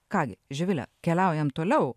ką gi živile keliaujam toliau